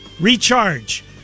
Recharge